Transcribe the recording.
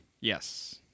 Yes